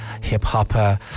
hip-hopper